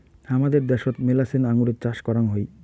হামাদের দ্যাশোত মেলাছেন আঙুরের চাষ করাং হই